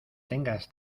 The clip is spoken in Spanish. tengas